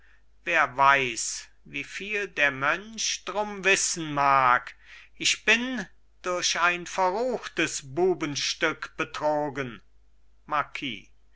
wer weiß wieviel der mönch drum wissen mag ich bin durch ein verruchtes bubenstück betrogen